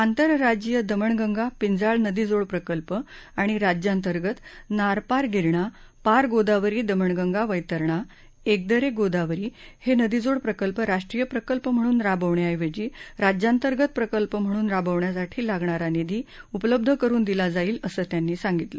आंतरराज्यीय दमणगंगा पिंजाळ नदीजोड प्रकल्प आणि राज्यांतर्गत नार पार गिरणा पार गोदावरी दमणगंगा वैतरणा एकदरे गोदावरी हे नदीजोड प्रकल्प राष्ट्रीय प्रकल्प म्हणून राबवण्याऐवजी राज्यांतर्गत प्रकल्प म्हणून राबवण्यासाठी लागणारा निधी उपलब्ध करुन दिला जाईल असं त्यांनी सांगितलं